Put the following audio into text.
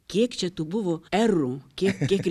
kiek čia tų buvo erų kiek kiek